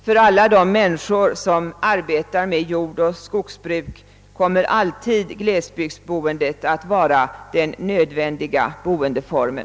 För alla de människor som arbetar med jordoch skogsbruk kommer glesbygdsboendet alltid att vara den nödvändiga boendeformen.